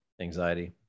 anxiety